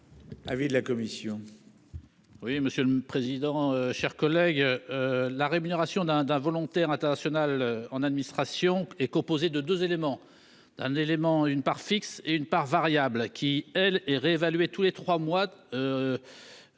l'avis de la commission